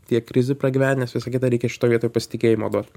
tiek krizių pragyvenęs visa kita reikia šitoj vietoj pasitikėjimo duot